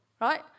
right